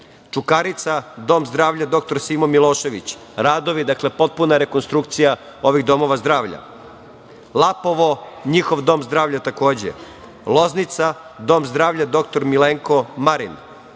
Čukarica Dom Zdravlja „Dr Simo Milošević“, dakle, potpuna rekonstrukcija ovih domova zdravlja, Lapovo, njihov dom zdravlja takođe, Loznica Dom zdravlja „Dr Milenko Marin“,